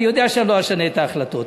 אני יודע שאני לא אשנה את ההחלטות.